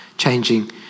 changing